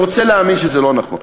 אני רוצה להאמין שזה לא נכון.